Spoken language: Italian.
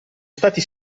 stati